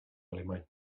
alemany